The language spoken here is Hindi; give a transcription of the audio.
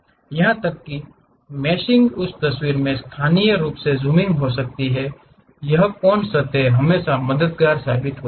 यहां तक कि मेशिंग उस तस्वीर में स्थानीय रूप से जूमिंग हो सकती है यह कॉन्स सतहें हमेशा मददगार साबित होती हैं